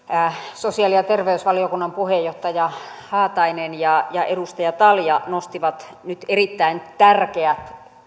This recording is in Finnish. sosiaali ja terveysvaliokunnan puheenjohtaja haatainen ja ja edustaja talja nostivat nyt erittäin tärkeät